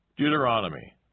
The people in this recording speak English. Deuteronomy